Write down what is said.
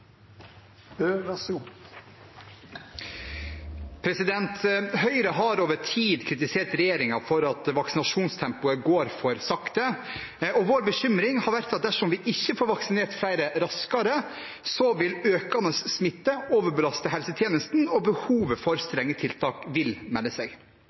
at vaksinasjonstempoet går for sakte. Vår bekymring har vært at dersom vi ikke får vaksinert flere raskere, vil økende smitte overbelaste helsetjenesten, og behovet for strenge tiltak vil melde seg.